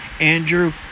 Andrew